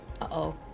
Uh-oh